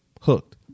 hooked